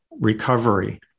recovery